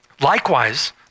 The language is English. Likewise